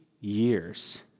years